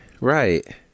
Right